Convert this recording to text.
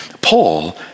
Paul